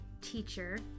teacher